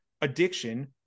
addiction